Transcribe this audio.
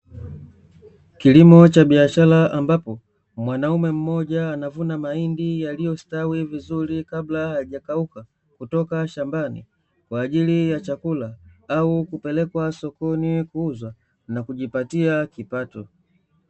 Kilimo cha biashara ambapo mwanaume mmoja anavuna mahindi, yaliostawi vizuri kabla hajakauka kutoka shambani kwaajili ya chakula au kupelekwa sokoni kuuzwa na kujipatia kipato.